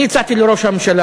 אני הצעתי לראש הממשלה,